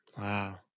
Wow